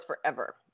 forever